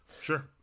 Sure